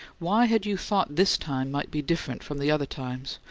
why had you thought this time might be different from the other times?